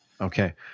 Okay